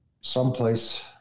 someplace